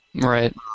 Right